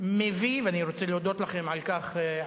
אני רוצה להודות לכם על כך,